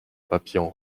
papillon